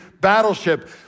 battleship